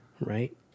Right